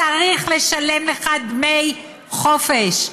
צריך לשלם לך דמי חופש.